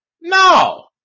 no